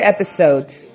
episode